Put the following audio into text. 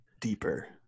deeper